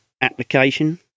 application